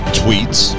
tweets